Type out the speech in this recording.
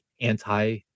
anti